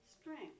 strength